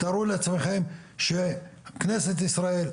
תארו לעצמכם שכנסת ישראל,